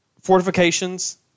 fortifications